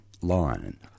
line